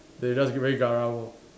they just very garang lor